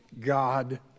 God